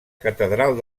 catedral